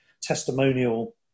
testimonial